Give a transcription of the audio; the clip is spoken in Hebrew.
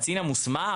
הקצין המוסמך